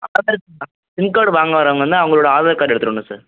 அப்புறமா sim card வாங்க வர்றவங்கள் வந்து அவங்களோட ஆதார் கார்டு எடுத்துட்டு வரணும் சார்